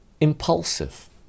impulsive